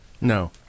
No